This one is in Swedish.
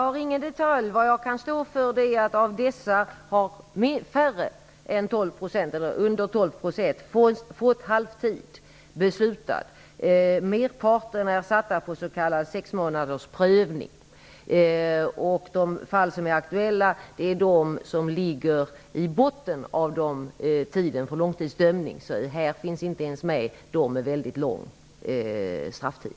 Fru talman! Jag känner inte till detaljerna. Vad jag kan stå för är att halvtid har beslutats för mindre än sexmånadersprövning. De fall som är aktuella är ett mindre antal långtidsdömda. Här finns inte ens de med som som har väldigt lång strafftid.